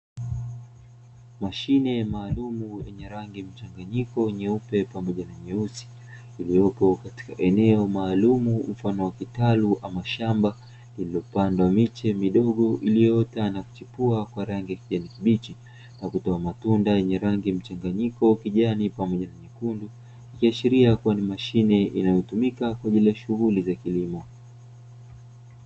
Machine maalumu yenye rangi mchanganyiko nyeupe pamoja na nyeusi iliyopo katika eneo maalumu, mfano wa kitalu ama shamba iliyopandwa miche midogo, iliyoota na kuchipua kwa rangi kibichi na kutoa matunda yenye rangi mchanganyiko kijani pamoja na nyekundu kiashiria kuwa ni mashine inayotumika kwa ajili ya shughuli za kilimo.